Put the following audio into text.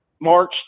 March